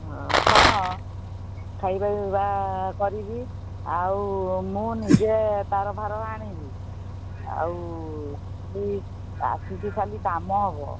ହଁ ହଁ ଖାଇବା ପିଇବା କରିବି ଆଉ ମୁଁ ନିଜେ ତାର ଫାର ଆଣିବି ଆଉ ଖାଲି ଆସିକି ଖାଲି କାମ ହେବ